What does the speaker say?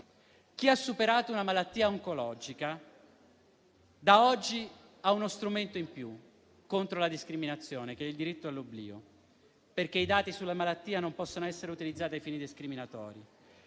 Chi ha superato una malattia oncologica da oggi ha uno strumento in più contro la discriminazione, che è il diritto all'oblio, perché i dati sulla malattia non possono essere utilizzati a fini discriminatori;